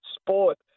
sport